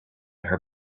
her